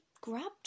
grabbed